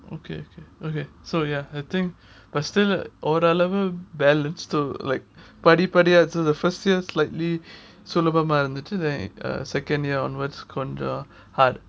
okay okay so ya I think but still ஓரளவு:oralavu balanced to like படிப்படியா:padipadiya the first year slightly sort of சுலபமா இருந்துச்சு:sulabama irunthuchu uh second year onwards கொஞ்சம்:konjam hard